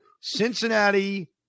Cincinnati